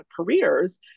careers